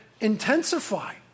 intensify